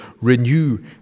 renew